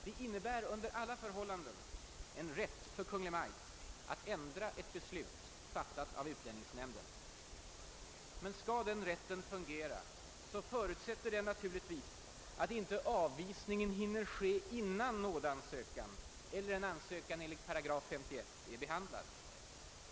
Den innebär under alla förhållanden en rätt för Kungl. Maj:t att ändra ett beslut, fattat av utlänningsnämnden. Men skall denna rätt fungera, förutsätter det naturligtvis att avvisningen inte hinner ske innan en nådeansökan eller en ansökan enligt 51 § är behandlad.